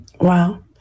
Wow